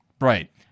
Right